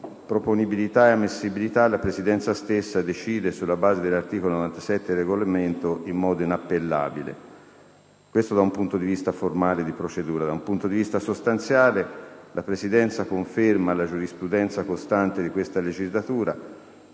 di proponibilità e ammissibilità la Presidenza stessa decide, sulla base dell'articolo 97 del Regolamento, in modo inappellabile. Questo dunque da un punto di vista formale di procedura. Da un punto di vista sostanziale, la Presidenza conferma la giurisprudenza costante di questa legislatura,